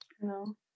No